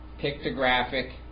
pictographic